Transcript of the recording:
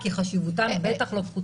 כי חשיבותן בטח לא פחותה,